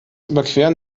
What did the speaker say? überqueren